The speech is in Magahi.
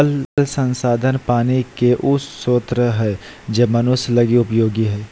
जल संसाधन पानी के उ स्रोत हइ जे मनुष्य लगी उपयोगी हइ